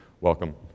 Welcome